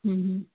ಹ್ಞೂ ಹ್ಞೂ